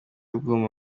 bwuma